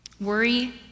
Worry